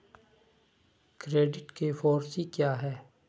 Credit के four C क्या हैं?